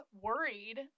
worried